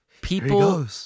people